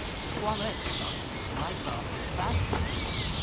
the toilette of don benito might not, in fashion at least,